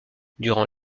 durant